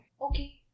Okay